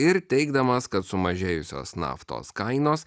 ir teigdamas kad sumažėjusios naftos kainos